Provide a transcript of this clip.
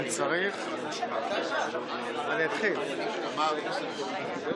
היושב-ראש, כשאמרת קודם שיעלה